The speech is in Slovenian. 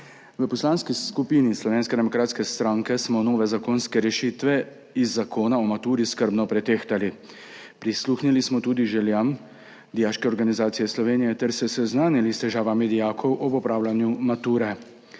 V Poslanski skupini Slovenske demokratske stranke smo nove zakonske rešitve iz zakona o maturi skrbno pretehtali, prisluhnili smo tudi željam Dijaške organizacije Slovenije ter se seznanili s težavami dijakov ob opravljanju mature.